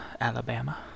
Alabama